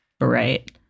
right